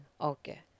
Okay